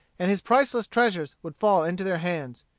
and his priceless treasures would fall into their hands.